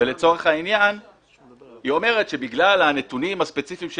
והיא אומרת שבגלל הנתונים הספציפיים של